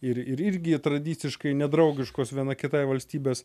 ir ir irgi tradiciškai nedraugiškos viena kitai valstybės